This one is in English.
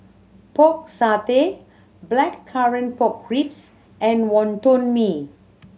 Pork Satay Blackcurrant Pork Ribs and Wonton Mee